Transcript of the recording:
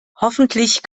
hoffentlich